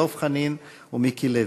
דב חנין ומיקי לוי,